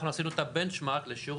אנחנו עשינו את הבנצ'מרק (benchmark) לשיעור